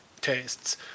tastes